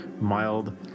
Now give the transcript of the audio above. mild